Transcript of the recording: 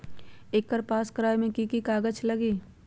एकर पास करवावे मे की की कागज लगी?